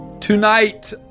Tonight